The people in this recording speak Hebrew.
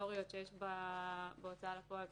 הסטטוטוריות שיש בהוצאה לפועל,